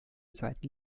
zweiten